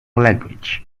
language